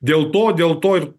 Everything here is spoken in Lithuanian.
dėl to dėl to ir